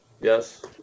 Yes